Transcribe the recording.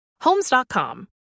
Homes.com